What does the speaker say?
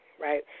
right